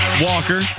Walker